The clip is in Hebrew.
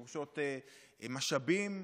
משאבים,